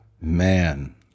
Man